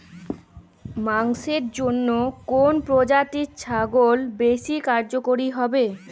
মাংসের জন্য কোন প্রজাতির ছাগল বেশি কার্যকরী হবে?